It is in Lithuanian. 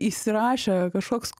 įsirašė kažkoks